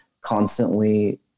constantly